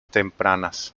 tempranas